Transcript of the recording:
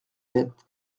sept